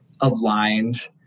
aligned